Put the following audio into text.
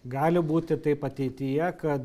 gali būti taip ateityje kad